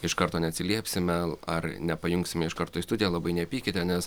iš karto neatsiliepsime ar nepajungsime iš karto į studiją labai nepykite nes